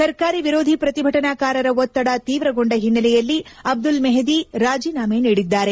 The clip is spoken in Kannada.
ಸರ್ಕಾರಿ ವಿರೋಧಿ ಪ್ರತಿಭಟನಾಕಾರರ ಒತ್ತಡ ತೀವ್ರಗೊಂಡ ಹಿನ್ನೆಲೆಯಲ್ಲಿ ಅಬ್ದುಲ್ ಮೆಹದಿ ರಾಜೀನಾಮೆ ನೀಡಿದ್ದಾರೆ